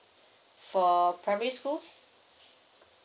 for primary school